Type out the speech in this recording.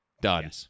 Done